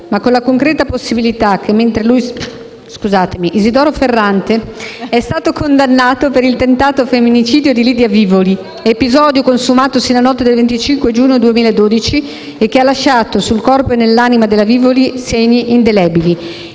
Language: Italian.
che secondo quanto risulta agli interroganti: Isidoro Ferrante è stato condannato per il tentato femminicidio di Lidia Vivoli, episodio consumatosi la notte del 25 giugno 2012 e che ha lasciato sul corpo e nell'anima della Vivoli segni indelebili;